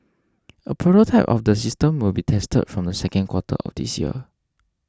a prototype of the system will be tested from the second quarter of this year